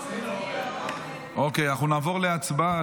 אוקיי, נעבור להצבעה.